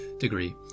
degree